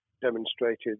demonstrated